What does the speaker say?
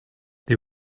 they